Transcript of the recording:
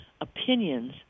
opinions